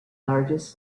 largest